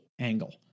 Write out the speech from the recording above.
angle